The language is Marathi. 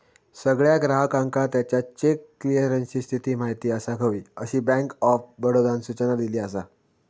सगळ्या ग्राहकांका त्याच्या चेक क्लीअरन्सची स्थिती माहिती असाक हवी, अशी बँक ऑफ बडोदानं सूचना दिली असा